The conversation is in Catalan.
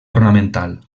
ornamental